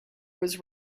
was